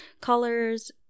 colors